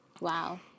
Wow